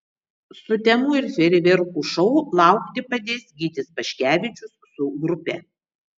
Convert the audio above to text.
sutemų ir fejerverkų šou laukti padės gytis paškevičius su grupe